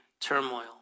turmoil